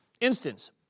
Instance